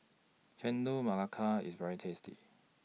Chendol Melaka IS very tasty